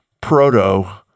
proto